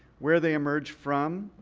where they emerge from,